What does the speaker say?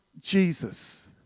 Jesus